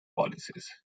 policies